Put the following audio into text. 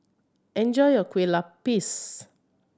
enjoy your kue lupis